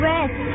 Rest